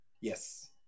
Yes